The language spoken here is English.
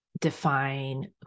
define